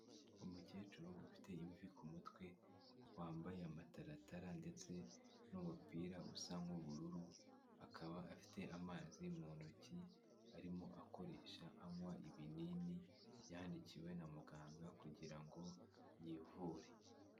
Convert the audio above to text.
Umukecuru ufite imvi ku mutwe wambaye amataratara ndetse n'umupira usa nk'ubururu akaba afite amazi mu ntoki arimo akoresha anywa ibinini yandikiwe na muganga kugirango ngo yivure.